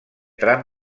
tram